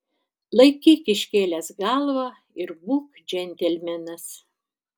laikyk iškėlęs galvą ir būk džentelmenas